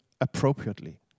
appropriately